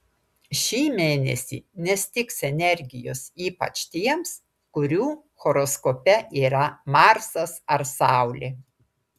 šį mėnesį nestigs energijos ypač tiems kurių horoskope yra marsas ar saulė